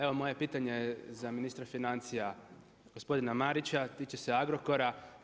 Evo moje pitanje za ministra financija gospodina Marića, tiče se Agrokora.